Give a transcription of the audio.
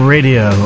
Radio